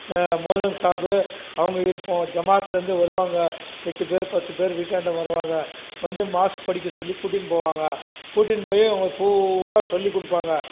மோதன் சாபு அவுங்க இருப்போம் ஜமாத்லருந்து வருவாங்கள் எட்டுப் பேர் பத்துப் பேர் வீட்டாண்ட வருவாங்க வந்து மாஸ் படிக்க சொல்லி கூட்டின்னு போவாங்கள் கூட்டின்னு போய் அவங்க பூராக சொல்லிக் கொடுப்பாங்க